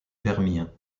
permien